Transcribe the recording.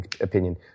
opinion